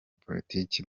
politiki